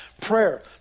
prayer